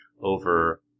over